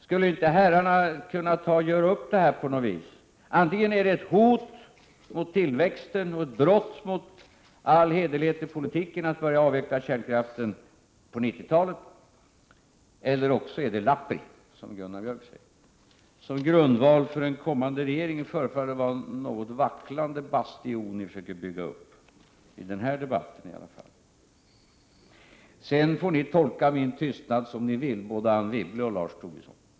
Skulle inte herrarna kunna göra upp det här på något vis? Antingen är det ett hot mot tillväxten och ett brott mot all hederlighet i politiken att börja avveckla kärnkraften på 1990-talet, eller också är det lappri, det som Gunnar Björk säger. Som grundval för en kommande regering verkar det vara en något vacklande bastiljon som ni försöker bygga upp i den här debatten. Sedan får ni tolka min tystnad som ni vill, både Anne Wibble och Lars Tobisson.